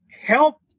help